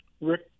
Rick